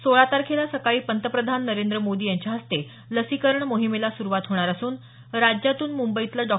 सोळा तारखेला सकाळी पंतप्रधान नरेंद्र मोदी यांच्या हस्ते लसीकरण मोहिमेला सुरुवात होणार असून राज्यातून मुंबईतलं डॉ